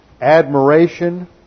admiration